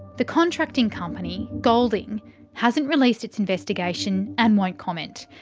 the contracting company golding hasn't released its investigation and won't comment.